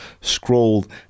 scrolled